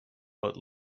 but